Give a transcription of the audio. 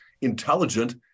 intelligent